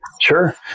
Sure